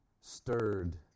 stirred